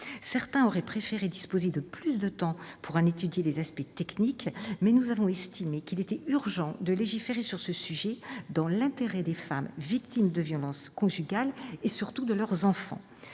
Certains auraient préféré disposer de plus de temps pour en étudier les aspects techniques, mais nous avons estimé qu'il était urgent de légiférer sur ce sujet, dans l'intérêt des femmes victimes de violences conjugales et surtout de leurs enfants.